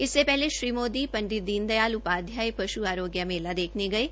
इस से पहले श्री मोदी दीन दयाल उपाध्याय पशु खत्म आरोग्य मेला देखने गये